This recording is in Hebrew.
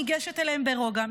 ניגשת אליהם ברוגע,